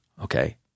Okay